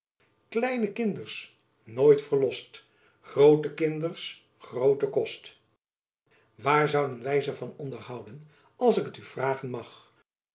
kleine kinders noyt verlost groote kinders groote kost waar zouden wy ze van onderhouden als ik u vragen mag